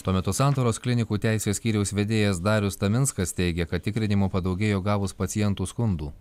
tuo metu santaros klinikų teisės skyriaus vedėjas darius taminskas teigia kad tikrinimų padaugėjo gavus pacientų skundų